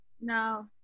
No